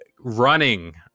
running